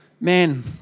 man